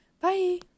Bye